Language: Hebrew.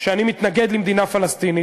שאני מתנגד למדינה פלסטינית,